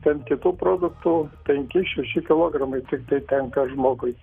ten kitų produktų penki šeši kilogramai tiktai tenka žmogui